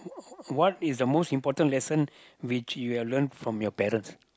what is the most important lesson which you have learned from your parents